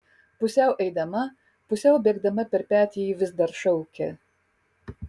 pusiau eidama pusiau bėgdama per petį ji vis dar šaukė